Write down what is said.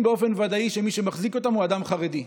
באופן ודאי שמי שמחזיק אותם הוא אדם חרדי.